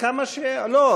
כמה דוברים נשארו?